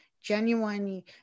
genuinely